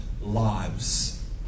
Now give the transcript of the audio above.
lives